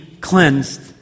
cleansed